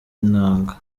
inanga